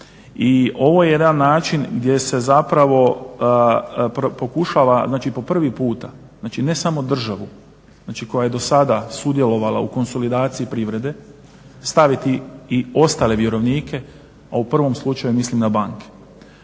I ovo je jedan način gdje se zapravo pokušava, znači po prvi puta, znači ne samo državu koja je do sada sudjelovala u konsolidaciji privrede staviti i ostale vjerovnike, a u prvom slučaju mislim na banke.